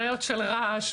בעיות רעש,